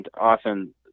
often